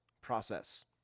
process